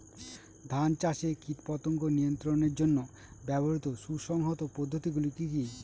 ধান চাষে কীটপতঙ্গ নিয়ন্ত্রণের জন্য ব্যবহৃত সুসংহত পদ্ধতিগুলি কি কি?